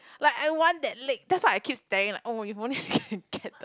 like I want that leg that's why I keep staring like oh only if I can get the